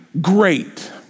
great